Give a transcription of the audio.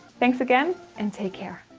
thanks again. and take care.